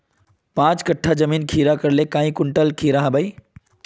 पाँच कट्ठा जमीन खीरा करले काई कुंटल खीरा हाँ बई?